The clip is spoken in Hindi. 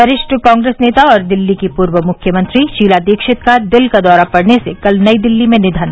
वरिष्ठ कांग्रेस नेता और दिल्ली की पूर्व मुख्यमंत्री शीला दीक्षित का दिल का दौरा पड़ने से कल नई दिल्ली में निघन